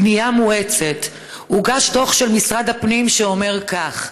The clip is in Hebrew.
בנייה מואצת, הוגש דוח של משרד הפנים שאומר כך: